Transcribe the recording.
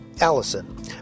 Allison